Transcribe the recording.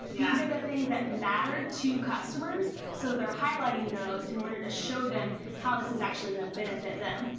yeah. these are the things that matter to customers. so they're highlighting those in order to show them how this is actually gonna benefit them.